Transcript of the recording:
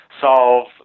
solve